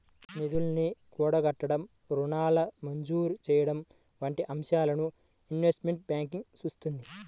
నిధుల్ని కూడగట్టడం, రుణాల మంజూరు చెయ్యడం వంటి అంశాలను ఇన్వెస్ట్మెంట్ బ్యాంకింగ్ చూత్తుంది